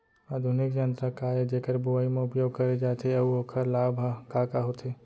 आधुनिक यंत्र का ए जेकर बुवाई म उपयोग करे जाथे अऊ ओखर लाभ ह का का होथे?